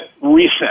reset